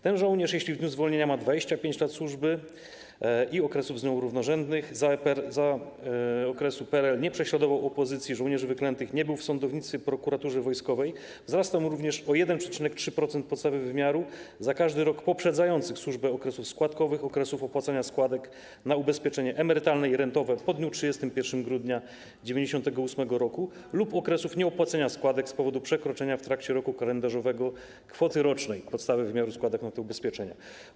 Temu żołnierzowi, jeśli w dniu zwolnienia miał 25 lat służby i okresów z nią równorzędnych i w okresie PRL nie prześladował opozycji, żołnierzy wyklętych, nie był w sądownictwie, prokuraturze wojskowej, emerytura wzrasta również o 1,3% podstawy wymiaru za każdy rok poprzedzających służbę okresów składkowych, okresów opłacania składek na ubezpieczenie emerytalne i rentowe po dniu 31 grudnia 1998 r. lub okresów nieopłacania składek z powodu przekroczenia w trakcie roku kalendarzowego kwoty rocznej podstawy wymiaru składek na to ubezpieczenie.